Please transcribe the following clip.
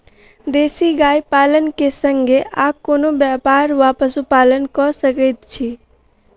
देसी गाय पालन केँ संगे आ कोनों व्यापार वा पशुपालन कऽ सकैत छी?